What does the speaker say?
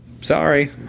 Sorry